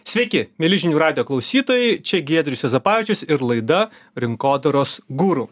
sveiki mieli žinių radijo klausytojai čia giedrius juozapavičius ir laida rinkodaros guru